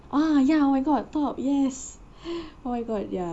ah ya oh my god top yes oh my god ya